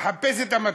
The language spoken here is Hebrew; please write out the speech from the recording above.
"חפש את המטמון".